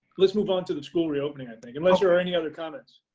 let's move on to the school reopening, i think unless there are any other comments.